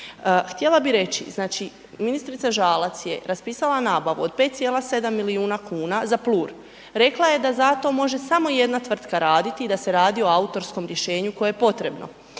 Htjela bih reći, znači ministrica Žalac je raspisala nabavu od 5,7 milijuna kuna za PLUR, rekla je da za to može samo jedna tvrtka raditi i da se radi o autorskom rješenju koje je potrebno.